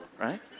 right